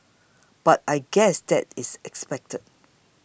but I guess that is expected